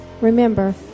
Remember